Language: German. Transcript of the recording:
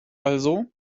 also